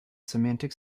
semantic